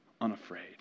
unafraid